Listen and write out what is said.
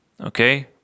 okay